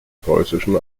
preußischen